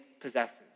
possesses